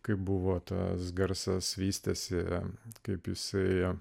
kaip buvo tas garsas vystėsi kaip jis ėjo